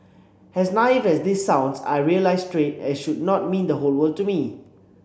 as naive as this sounds I realised straight as should not mean the whole world to me